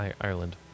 Ireland